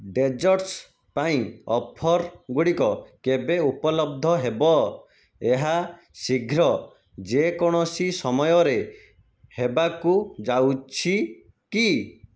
desserts ପାଇଁ offer ଗୁଡ଼ିକ କେବେ ଉପଲବ୍ଧ ହେବ ଏହା ଶୀଘ୍ର ଯେକୌଣସି ସମୟରେ ହେବାକୁ ଯାଉଛି କି